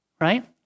right